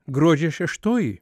gruodžio šeštoji